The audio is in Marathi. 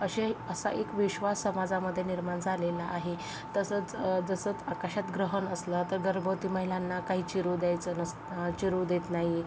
असे असा एक विश्वास समाजामध्ये निर्माण झालेला आहे तसंच जसंत आकाशात ग्रहण असलं तर गर्भवती महिलांना काही चिरू द्यायचं नसतं चिरू देत नाही